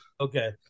Okay